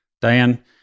Diane